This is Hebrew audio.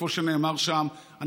כמו שנאמר שם,